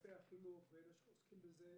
אגפי החינוך ואת אלה שעוסקים בזה,